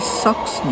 socks